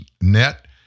net